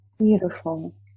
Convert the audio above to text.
Beautiful